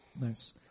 nice